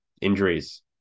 injuries